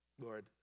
Lord